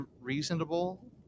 reasonable